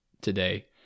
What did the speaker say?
today